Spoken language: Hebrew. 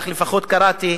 כך לפחות קראתי,